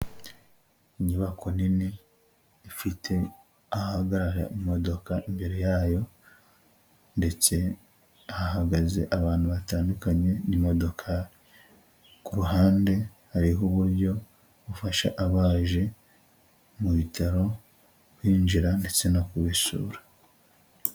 Inyubako nini ifite ahahagarara imodoka imbere yayo, ndetse hahagaze abantu batandukanye n'imodoka kuru ruhande hariho uburyo bufasha abaje mu bitaro kwinjira ndetse no kubasura.